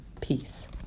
Peace